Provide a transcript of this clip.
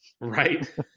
Right